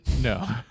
No